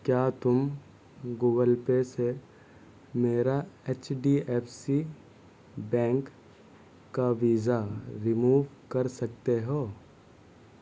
کیا تم Google pay سے میرا H D F C bank کا ویزا رموو کر سکتے ہو